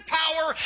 power